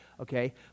okay